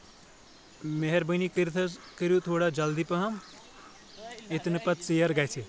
مہربٲنی کٔرِتھ حظ کٔریو تھوڑا جلدی پہم ییٚتہِ نہٕ پتہٕ ژیر گژھِ